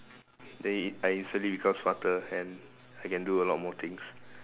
the it I recently become smarter and I can do a lot more things